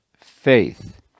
faith